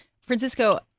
francisco